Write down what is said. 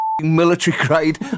military-grade